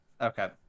Okay